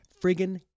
friggin